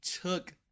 took